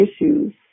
issues